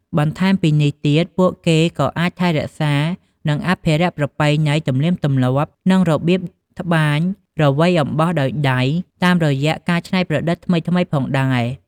បន្ថែមពីនេះទៀត ពួកគេក៏អាចថែរក្សា និងអភិរក្សប្រពៃណី ទំនៀមទំលាប់ និងរបៀបត្បាញរវៃអំបោះដោយដៃ តាមរយៈការច្នៃប្រឌិតថ្មីៗផងដែរ។